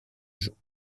jour